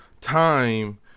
time